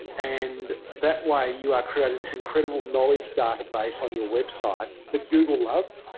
and that way you are creating this incredible knowledge database on your website. the google love